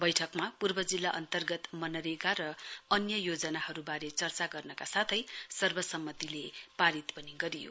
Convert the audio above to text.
वैठकमा पूर्व जिल्ला अन्तर्गत मनरेगा र अन्य योजनाहरुवारे चर्चा गर्नका साथै सर्वसम्मतिले पारित पनि गरियो